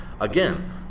Again